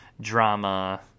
drama